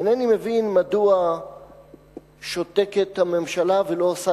אינני מבין מדוע שותקת הממשלה ולא עושה